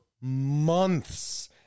months